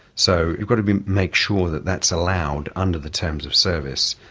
so you've got to make sure that that's allowed under the terms of service,